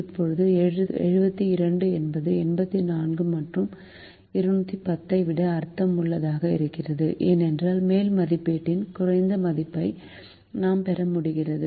இப்போது 72 என்பது 84 மற்றும் 210 ஐ விட அர்த்தமுள்ளதாக இருக்கிறது ஏனென்றால் மேல் மதிப்பீட்டின் குறைந்த மதிப்பை நாம் பெற முடிகிறது